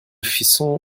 fisson